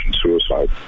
suicide